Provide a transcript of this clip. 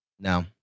No